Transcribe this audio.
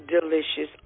delicious